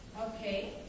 Okay